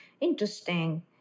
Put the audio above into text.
Interesting